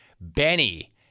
Benny